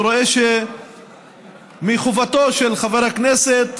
אני רואה כחובתו של חבר הכנסת